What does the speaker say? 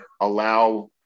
allow